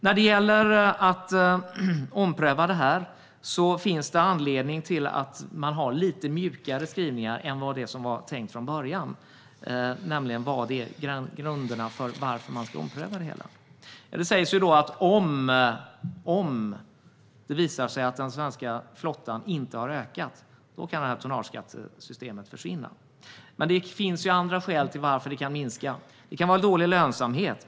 När det gäller att ompröva det här finns det anledning till att man har lite mjukare skrivningar än vad som var tänkt från början, nämligen grunderna för varför man ska ompröva det hela. Det sägs att om det visar sig att den svenska flottan inte har ökat kan det här tonnageskattesystemet försvinna. Men det finns andra skäl till att den kan minska. Det kan vara dålig lönsamhet.